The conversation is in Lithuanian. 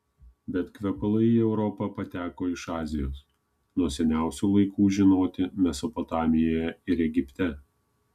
bet kvepalai į europą pateko iš azijos nuo seniausių laikų žinoti mesopotamijoje ir egipte